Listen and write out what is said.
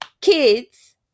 kids